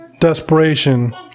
Desperation